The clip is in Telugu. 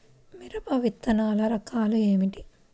మిరప విత్తనాల రకాలు ఏమిటి?